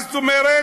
מה זאת אומרת?